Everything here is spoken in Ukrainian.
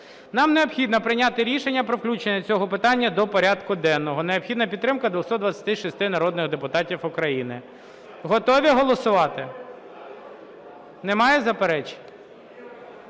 Нам необхідно прийняти рішення про включення цього питання до порядку денного. Необхідна підтримка 226 народних депутатів України. Готові голосувати? Немає заперечень?